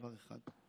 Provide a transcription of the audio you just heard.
דבר אחד: